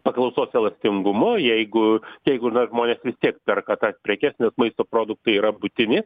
paklausos elastingumu jeigu jeigu na žmonės vis tiek perka tas prekes maisto produktai yra būtini